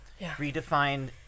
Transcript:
redefine